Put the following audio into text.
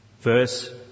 Verse